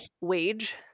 wage